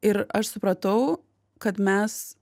ir aš supratau kad mes